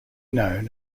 known